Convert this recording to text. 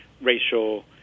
racial